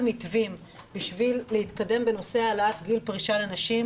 מתווים בשביל להתקדם בנושא העלאת גיל פרישה לנשים,